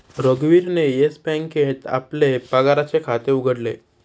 रघुवीरने येस बँकेत आपले पगाराचे खाते उघडले